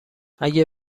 اگه